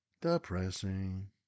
Depressing